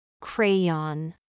Crayon